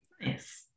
Yes